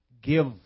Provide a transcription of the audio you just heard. give